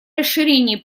расширении